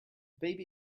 baby